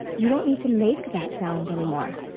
you don't need to make that sound anymore.